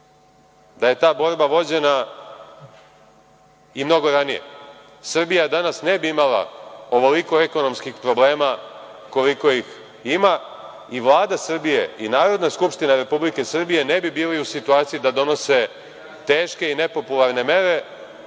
da je ta borba vođena i mnogo ranije. Srbija danas ne bi imala ovoliko ekonomskih problema koliko ih ima, i Vlada Srbije i Narodna skupština Republike Srbije ne bi bili u situaciji da donose teške i nepopularne mere